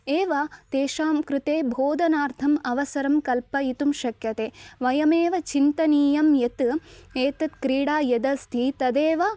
एव तेषां कृते बोधनार्थम् अवसरं कल्पयितुं शक्यते वयमेव चिन्तनीयं यत् एषा क्रीडा या अस्ति तदेव